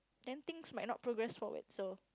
then things might not progress forward so